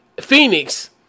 Phoenix